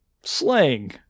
slang